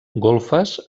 golfes